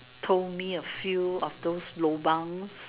told me a few of those lobangs